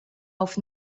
auf